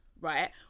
right